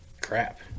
crap